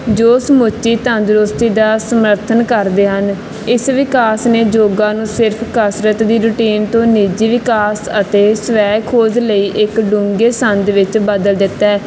ਜੋ ਸਮੁੱਚੀ ਤੰਦਰੁਸਤੀ ਦਾ ਸਮਰਥਨ ਕਰਦੇ ਹਨ ਇਸ ਵਿਕਾਸ ਨੇ ਯੋਗਾ ਨੂੰ ਸਿਰਫ਼ ਕਸਰਤ ਦੀ ਰੂਟੀਨ ਤੋਂ ਨਿੱਜੀ ਵਿਕਾਸ ਅਤੇ ਸਵੈ ਖੋਜ ਲਈ ਇੱਕ ਡੂੰਘੇ ਸੰਦ ਵਿੱਚ ਬਦਲ ਦਿੱਤਾ ਹੈ